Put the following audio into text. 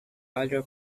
other